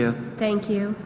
you thank you